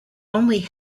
only